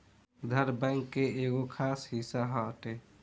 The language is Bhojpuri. उधार, बैंक के एगो खास हिस्सा हटे